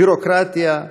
ביורוקרטיה,